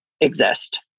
exist